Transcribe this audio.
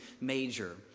major